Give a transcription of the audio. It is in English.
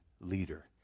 leader